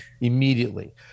immediately